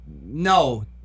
No